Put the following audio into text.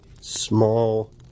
small